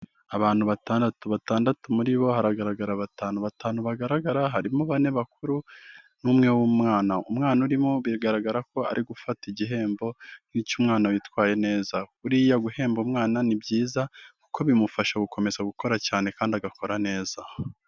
Abantu batandatu, batandatu muri bo haragaragara batanu, batanu bagaragara harimo bane bakuru n'umwe w'umwana, umwana urimo bigaragara ko ari gufata igihembo nk'icy'umwana witwaye neza, buriya guhemba umwana ni byiza kuko bimufasha gukomeza gukora cyane kandi agakora neza.